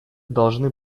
должны